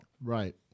right